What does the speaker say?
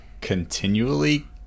continually